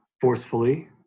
forcefully